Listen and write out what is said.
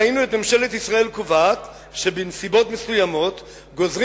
ראינו את ממשלת ישראל קובעת שבנסיבות מסוימות גוזרים